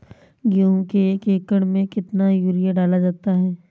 गेहूँ के एक एकड़ में कितना यूरिया डाला जाता है?